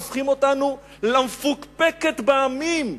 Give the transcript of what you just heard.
הופכים אותנו למפוקפקת בעמים,